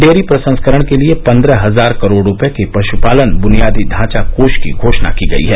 dairy प्रसंस्करण के लिए पन्द्रह हजार करोड़ रुपये के पशुपालन बुनियादी ढांचा कोष की घोषणा की गई है